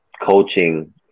coaching